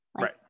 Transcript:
Right